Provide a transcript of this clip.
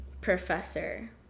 professor